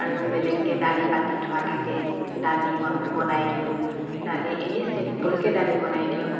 আৰু বেলেগেকৈ দালি পাতি থোৱা থাকেই দালি বনা বনাই দিওঁ দালি এনেই ছিম্পুলকৈ দালি বনাই দিওঁ